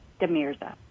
Demirza